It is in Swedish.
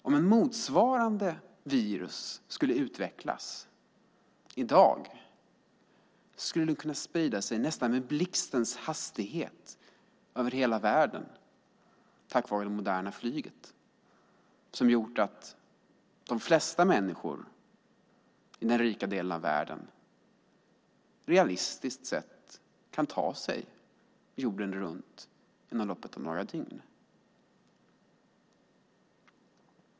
Om ett motsvarande virus skulle utvecklas i dag skulle det kunna sprida sig nästan med blixtens hastighet över hela världen på grund av det moderna flyget som gjort att de flesta människor i den rika delen av världen realistiskt sett kan ta sig jorden runt inom loppet av några timmar.